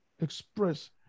express